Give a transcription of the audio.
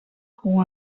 who